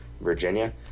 Virginia